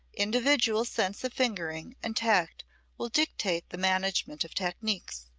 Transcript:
individual sense of fingering and tact will dictate the management of technics.